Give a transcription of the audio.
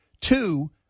Two